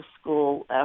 school